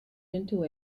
into